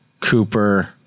cooper